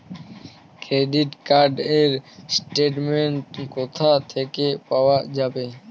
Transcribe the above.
Credit card র statement কোথা থেকে পাওয়া যাবে?